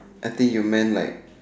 I think you meant like